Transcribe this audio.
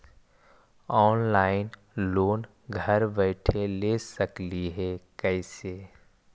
Online loan घर बैठे ले सकली हे, कैसे?